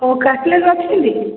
ହଉ କ୍ୟାଟେଲଗ୍ ରଖିଛନ୍ତି